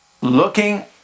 looking